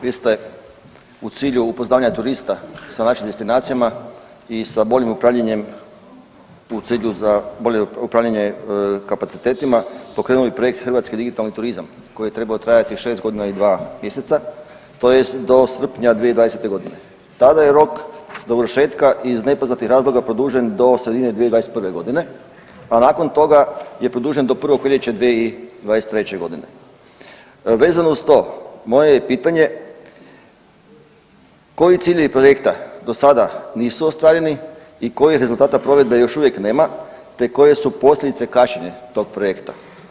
Vi ste u cilju upoznavanja turista s našim destinacijama i sa boljim upravljanjem u cilju za bolje upravljanje kapacitetima pokrenuli projekt hrvatski digitalni turizam koji je trebao trajati šest godina i dva mjeseca, tj. do srpnja 2020.g. Tada je rok dovršetka iz nepoznatih razloga produžen do sredine 2021.g., a nakon toga je produžen do 1. veljače 2023.g. Vezano uz to moje je pitanje, koji ciljevi projekta do sada nisu ostvareni i kojih rezultata provedbe još uvijek nema te koje su posljedice kašnjenja tog projekta?